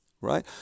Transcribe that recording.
right